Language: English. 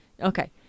Okay